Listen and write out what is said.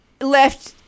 left